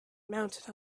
mounted